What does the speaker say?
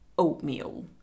oatmeal